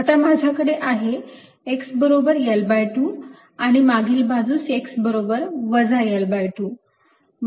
आता माझ्याकडे आहे x बरोबर L2 आणि मागील बाजूस x बरोबर वजा L2